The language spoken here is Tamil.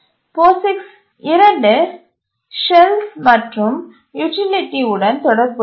POSIX 2 ஷெல்ஸ் மற்றும் யூட்டிலிட்டி உடன் தொடர்புடையது